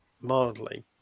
mildly